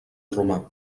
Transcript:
romà